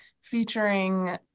featuring